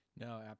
No